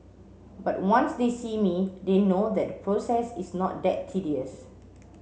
but once they see me they know that the process is not that tedious